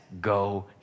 go